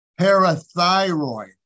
Parathyroid